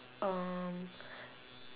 um